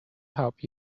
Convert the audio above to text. help